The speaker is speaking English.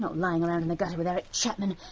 not lying around in a gutter with eric chapman